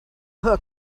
hook